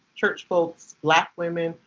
church folks, black women,